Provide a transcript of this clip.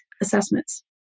assessments